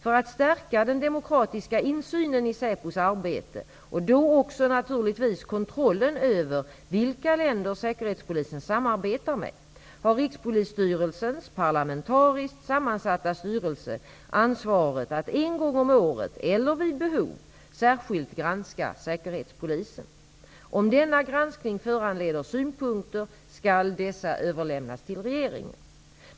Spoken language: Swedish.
För att stärka den demokratiska insynen i Säpos arbete, och då också naturligtvis kontrollen över vilka länder Säkerhetspolisen samarbetar med, har Rikspolisstyrelsen parlamentariskt sammansatta styrelse ansvaret att en gång om året eller vid behov särskilt granska Säkerhetspolisen. Om denna granskning föranleder synpunkter skall dessa överlämnas till regeringen.